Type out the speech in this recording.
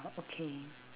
oh okay